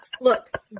look